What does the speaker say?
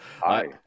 Hi